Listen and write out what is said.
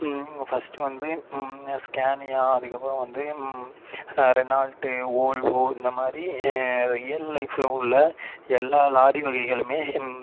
first வந்து Scania அதுக்கப்புறம் வந்து ரெனால்ட்டு ஓல்வோ இந்த மாதிரி ரியல் லைஃப்பில் உள்ள எல்லா லாரி வகைகளுமே